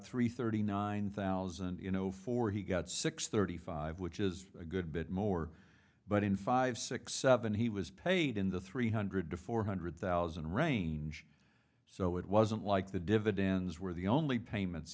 three thirty nine thousand you know for he got six thirty five which is a good bit more but in five six seven he was paid in the three hundred to four hundred thousand range so it wasn't like the dividends were the only payments